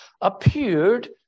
appeared